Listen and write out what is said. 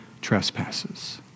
trespasses